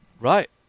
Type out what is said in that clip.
Right